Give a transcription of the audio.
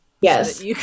Yes